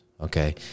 Okay